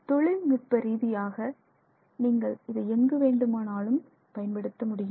தொழில்நுட்ப ரீதியாக நீங்கள் இதை எங்கு வேண்டுமானாலும் பயன்படுத்த முடியும்